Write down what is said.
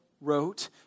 wrote